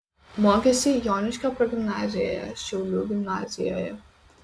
mokėsi joniškio progimnazijoje šiaulių gimnazijoje